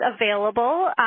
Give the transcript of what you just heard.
available